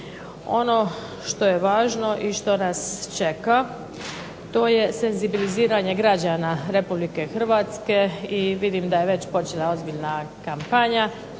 Ono što je važno i što nas čeka to je senzibiliziranje građana RH i vidim da je već počela ozbiljna kampanja